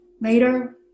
later